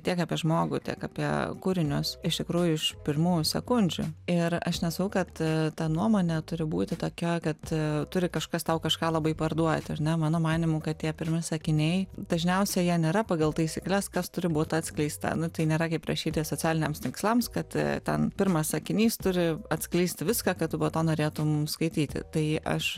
tiek apie žmogų tiek apie kūrinius iš tikrųjų iš pirmųjų sekundžių ir aš nesakau kad ta nuomonė turi būti tokia kad turi kažkas tau kažką labai parduoti ar ne mano manymu kad tie pirmi sakiniai dažniausiai jie nėra pagal taisykles kas turi būt atskleista nu tai nėra kaip rašyti socialiniams tinkslams kad ten pirmas sakinys turi atskleisti viską kad tu po to norėtum skaityti tai aš